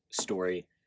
story